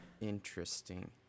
interesting